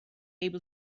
able